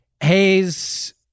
hayes